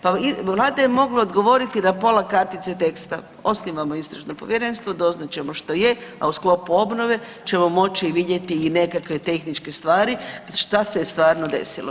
Pa Vlada je mogla odgovoriti na pola kartice teksta, osnivamo istražno povjerenstvo doznat ćemo što je, a u sklopu obnove ćemo moći vidjeti i nekakve tehničke stvari šta se je stvarno desilo.